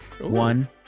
One